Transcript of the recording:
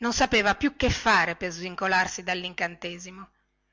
non sapeva più che fare per svincolarsi dallincantesimo